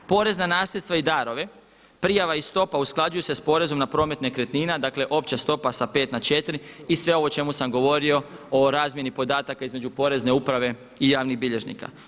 Porezna nasljedstva i darove, prijava i stopa usklađuju se s porezom na promet nekretnina, dakle opća stopa sa 5 na 4 i sve ovo o čemu sam govorio o razmjeni podataka između Porezne uprave i javnih bilježnika.